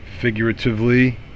figuratively